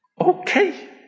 okay